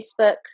Facebook